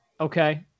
Okay